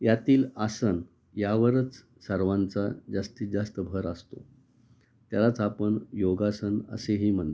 यातील आसन यावरच सर्वांचा जास्तीत जास्त भर असतो त्यालाच आपण योगासन असेही म्हणतो